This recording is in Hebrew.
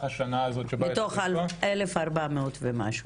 השנה הזאת שבה --- מתוך 1,400 ומשהו.